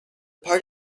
part